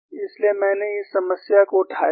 इसलिए मैंने इस समस्या को उठाया है